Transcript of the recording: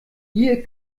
ihr